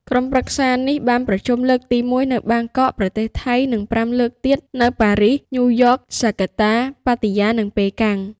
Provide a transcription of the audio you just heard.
ក្រុមប្រឹក្សានេះបានកោះប្រជុំលើកទីមួយ នៅបាងកក ប្រទេសថៃ និង ៥លើកទៀតនៅ ប៉ារីស ញ៉ូយ៉ក ហ្សាកាតា ប៉ាតាយា និងប៉េកាំង។